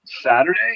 saturday